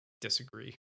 disagree